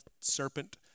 serpent